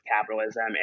capitalism